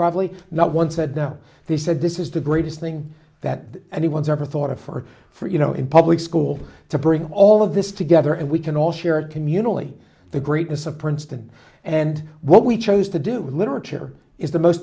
probably not once that they said this is the greatest thing that anyone's ever thought of for for you know in public school to bring all of this together and we can all share communally the greatness of princeton and what we chose to do literature is the most